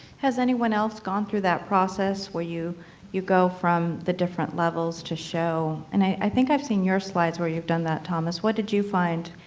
has anyone else gone through that process, where you you go from the different levels to show and i think i have seen your slides when you have done that, thomas. what did you find?